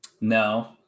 no